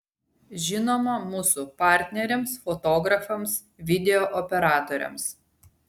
žinoma mūsų partneriams fotografams video operatoriams